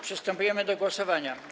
Przystępujemy do głosowania.